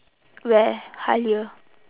where Halia